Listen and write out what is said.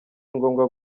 ngombwa